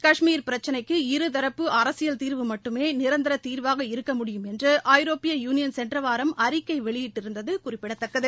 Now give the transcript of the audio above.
கஷ்மீர் பிரச்சினைக்கு இருதரப்பு அரசியல் தீர்வு மட்டுமே நிரந்தர தீர்வாக முடியும் ஐரோப்பிய யுனியன் சென்றவாரம் அறிக்கை வெளியிட்டிருந்தது குறிப்பிடத்தக்கது